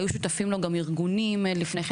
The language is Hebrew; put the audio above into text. היו שותפים לו גם ארגונים לפני כן,